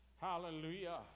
Hallelujah